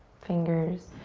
fingers,